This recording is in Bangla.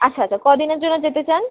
আচ্ছ আচ্ছা কদিনের জন্য যেতে চান